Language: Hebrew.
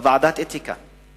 ועדת אתיקה.